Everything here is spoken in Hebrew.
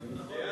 רגע רגע רגע,